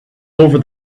over